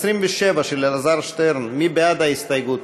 27, של אלעזר שטרן, מי בעד ההסתייגות?